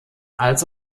als